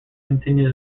continue